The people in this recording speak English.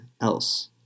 else